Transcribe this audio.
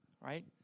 right